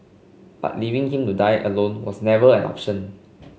but leaving him to die alone was never an option